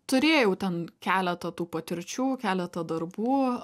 turėjau ten keletą tų patirčių keletą darbų